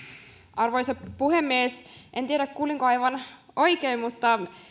arvoisa puhemies en tiedä kuulinko aivan oikein mutta